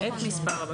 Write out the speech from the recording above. את מספר הבקשות.